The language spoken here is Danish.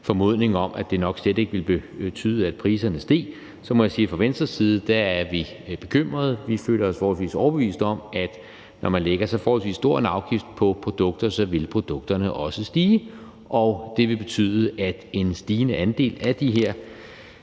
formodning om, at det nok slet ikke ville betyde, at priserne steg, må jeg sige, at fra Venstres side er vi bekymret, for vi føler os forholdsvis overbevist om, at når man lægger så forholdsvis stor en afgift på produkter, vil produkterne også stige i pris, og det vil betyde, at en stigende andel af de her